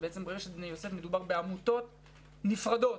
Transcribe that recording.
ששם מדובר בעמותות נפרדות.